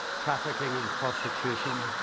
trafficking and prostitution,